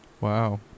Wow